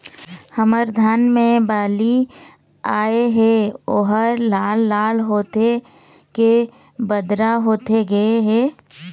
हमर धान मे बाली आए हे ओहर लाल लाल होथे के बदरा होथे गे हे?